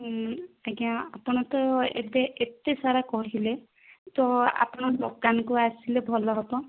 ଆଜ୍ଞା ଆପଣ ତ ଏବେ ଏତେ ସାରା କହିଲେ ତ ଆପଣ ଦୋକାନକୁ ଆସିଲେ ଭଲ ହେବ